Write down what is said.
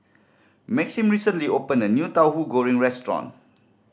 Maxim recently opened a new Tauhu Goreng restaurant